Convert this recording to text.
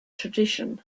tradition